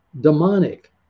demonic